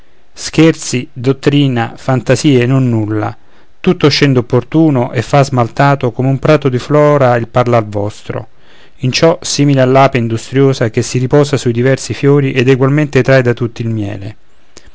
scherzi dottrina fantasie nonnulla tutto scende opportuno e fa smaltato come un prato di flora il parlar vostro in ciò simile all'ape industriosa che si riposa sui diversi fiori ed egualmente trae da tutti il miele